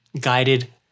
guided